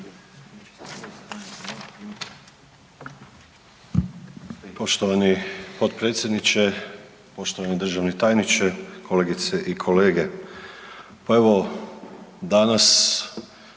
Poštovani potpredsjedniče, poštovani državni tajniče, kolegice i kolege. Pa evo danas